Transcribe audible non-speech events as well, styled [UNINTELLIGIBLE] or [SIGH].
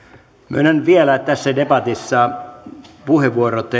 myönnän vielä tässä debatissa puheenvuorot [UNINTELLIGIBLE]